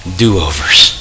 do-overs